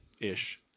Ish